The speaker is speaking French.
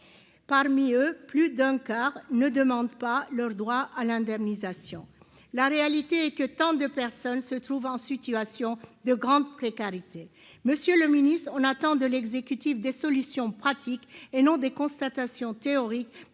parmi eux, plus d'un quart ne demande pas leur droit à l'indemnisation, la réalité est que tant de personnes se trouvent en situation de grande précarité, monsieur le Ministre, on attend de l'exécutif des solutions pratiques et non des constatations théorique,